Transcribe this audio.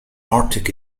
arctic